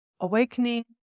Awakening